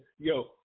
Yo